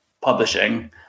publishing